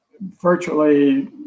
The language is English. virtually